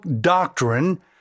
doctrine